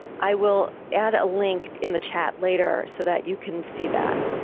i will add a link in the chat later so that you can see that.